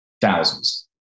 thousands